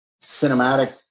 cinematic